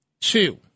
Two